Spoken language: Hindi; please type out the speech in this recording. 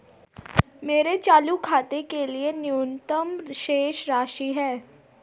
मेरे चालू खाते के लिए न्यूनतम शेष राशि क्या है?